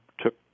took